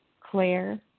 Claire